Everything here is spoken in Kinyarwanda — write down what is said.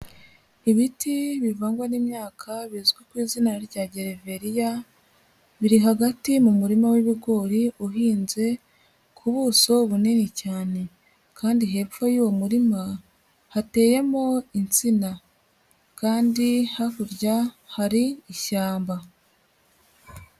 Ibiti bivangwa n'imyaka bizwi ku izina rya gereveriya, biri hagati mu murima w'ibigori uhinze ku buso bunini cyane kandi hepfo y'uwo murima hateyemo insina kandi hakurya hari ishyamba.